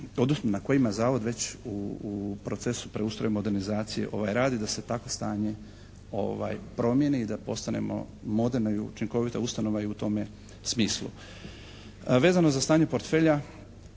odnosno na kojima Zavod već u procesu preustroja modernizacije radi da se takvo stanje promijeni i da postane moderna i učinkovita ustanova i u tome smislu. Vezano za stanje portfelja